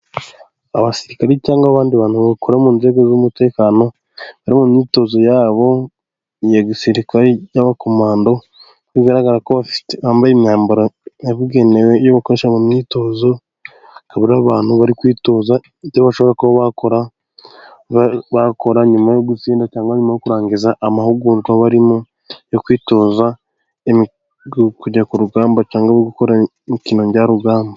Abasirikare cyangwa abandi bantu bakora mu nzego z' umutekano bari mu myitozo yabo ya gisirikare, y' abakomando bigaragara ko bambaye imyambaro yabugenewe yo gukoresha mu myitozo, hari abantu bari kwitoza ibyo bashaka kuba bakora, bakora nyuma yo gutsinda cyangwa kurangiza amahugurwa bari kwitoza ku rugamba cyangwa gukora imikino njyarugamba.